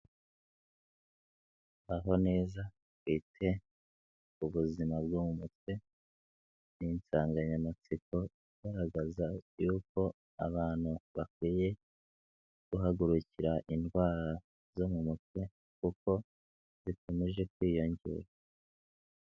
Baho neza twite ku buzima bwo mu mutwe, ni insanganyamatsiko igaragaza yuko abantu bakwiye guhagurukira indwara zo mu mutwe kuko zikomeje kwiyongera.